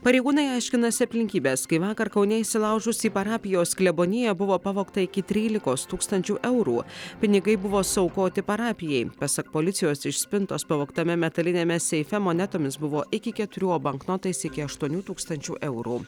pareigūnai aiškinasi aplinkybes kai vakar kaune įsilaužus į parapijos kleboniją buvo pavogta iki trylikos tūkstančių eurų pinigai buvo suaukoti parapijai pasak policijos iš spintos pavogtame metaliniame seife monetomis buvo iki keturių o banknotais iki aštuonių tūkstančių eurų